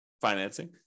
financing